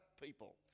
people